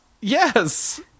Yes